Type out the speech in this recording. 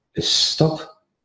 stop